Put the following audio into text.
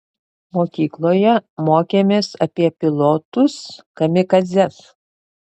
mokykloje mokėmės apie pilotus kamikadzes